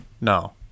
No